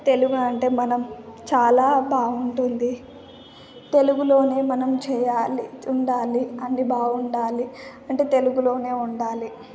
తెలుగు అంటే మనం చాలా బాగుంటుంది తెలుగులోనే మనం చెయ్యాలి ఉండాలి అన్ని బాగుండాలి అంటే తెలుగులోనే ఉండాలి